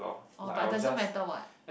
oh but it doesn't matter what